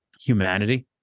humanity